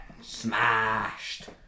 smashed